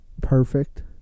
perfect